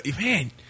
man